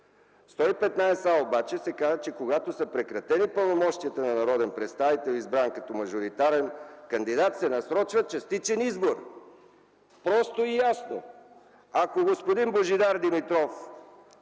115а, обаче се казва, че когато са прекратени пълномощията на народен представител, избран като мажоритарен кандидат, се насрочва частичен избор. Просто и ясно. Ако господин Божидар Димитров,